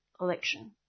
election